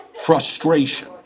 frustration